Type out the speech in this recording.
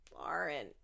Lauren